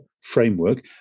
framework